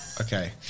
Okay